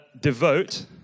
Devote